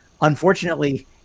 Unfortunately